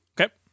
Okay